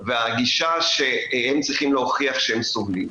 והגישה שהם צריכים להוכיח שהם סובלים.